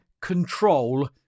control